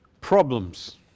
problems